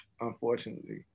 unfortunately